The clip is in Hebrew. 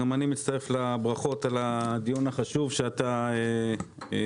גם אני מצטרף לברכות על הדיון החשוב שאתה נאבק.